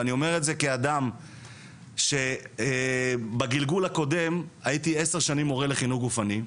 ואני אומר את זה כאדם שבגילגול הקודם הייתי עשר שנים מורה לחינוך גופני.